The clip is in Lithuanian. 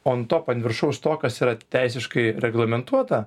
on top an viršaus to kas yra teisiškai reglamentuota